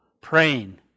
praying